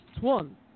one